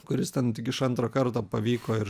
kuris ten tik iš antro karto pavyko ir